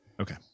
Okay